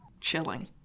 Chilling